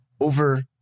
over